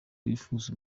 yifuza